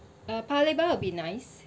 uh paya lebar would be nice